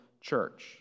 church